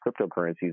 cryptocurrencies